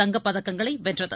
தங்கப் பதக்கங்களை வென்றது